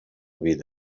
vida